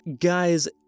Guys